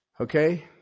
Okay